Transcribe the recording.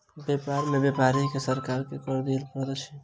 व्यापार में व्यापारी के सरकार के कर दिअ पड़ैत अछि